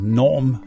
norm